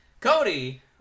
cody